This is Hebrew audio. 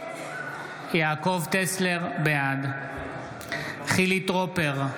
בעד חילי טרופר,